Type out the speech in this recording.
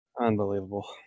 Unbelievable